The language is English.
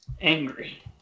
Angry